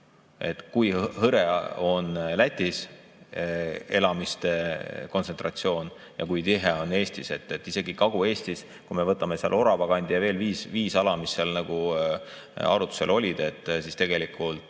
Kui hõre on Lätis elamiste kontsentratsioon ja kui tihe on Eestis! Isegi Kagu-Eestis, kui me võtame Orava kandi ja veel viis ala, mis seal arutlusel olid – tegelikult